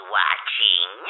watching